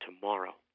tomorrow